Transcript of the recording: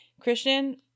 christian